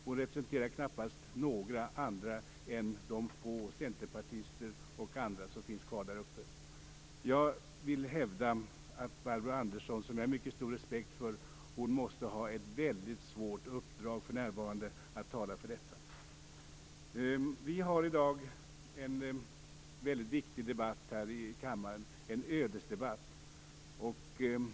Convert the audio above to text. Hon representerar knappast några andra än de få centerpartister och andra som finns kvar där uppe. Jag vill hävda att Barbro Andersson - som jag har mycket stor respekt för - måste ha ett väldigt svårt uppdrag för närvarande att tala för detta. Vi har i dag en väldigt viktig debatt här i kammaren - en ödesdebatt.